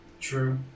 True